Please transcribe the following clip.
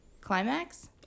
climax